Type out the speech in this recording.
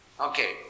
Okay